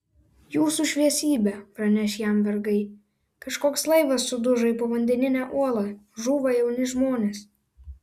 jūsų šviesybe praneš jam vergai kažkoks laivas sudužo į povandeninę uolą žūva jauni žmonės